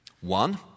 One